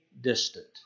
distant